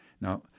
Now